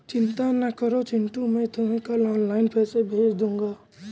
चिंता ना करो चिंटू मैं तुम्हें कल ऑनलाइन पैसे भेज दूंगा